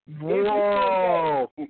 Whoa